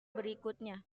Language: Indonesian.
berikutnya